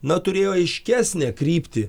na turėjo aiškesnę kryptį